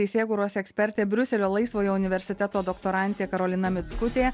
teisėkūros ekspertė briuselio laisvojo universiteto doktorantė karolina mickutė